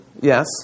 Yes